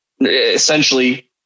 essentially